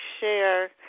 share